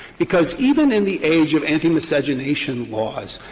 because even in the age of antimiscegenation laws,